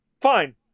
fine